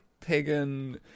pagan